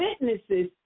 Witnesses